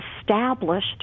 established